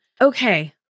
Okay